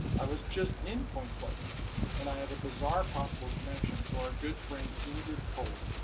i was just in point pleasant and i have a bizarre possible connection to our good friend indrid cold.